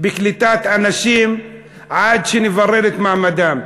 בקליטת אנשים עד שנברר את מעמדם,